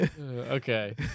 Okay